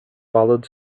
followed